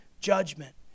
judgment